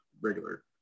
regular